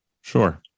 Sure